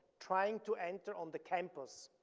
trying to enter on the campus.